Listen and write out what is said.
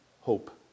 hope